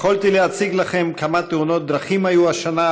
להקים לא פחות מתשע מרינות חדשות לאורך חופי ישראל,